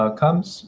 comes